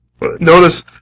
Notice